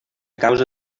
causa